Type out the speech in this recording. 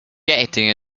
getting